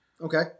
Okay